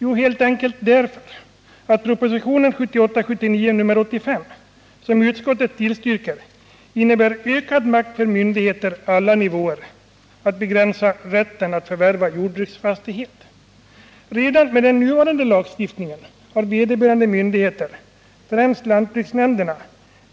Jo, helt enkelt därför att propositionen nr 1978/79:85, som utskottet tillstyrker, innebär ökad makt för myndigheter på alla nivåer att begränsa rätten att förvärva jordbruksfastighet. Redan med den nuvarande lagstiftningen har vederbörande myndigheter, främst lantbruksnämnderna,